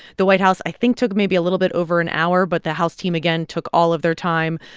the white house, i think, took maybe a little bit over an hour, but the house team, again, took all of their time,